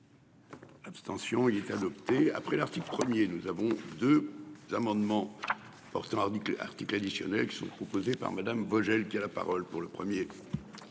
Abstention il est adopté après l'article 1er, nous avons deux amendements portant article article additionnel qui sont proposées par Madame Vogel, qui a la parole pour le